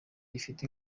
gifite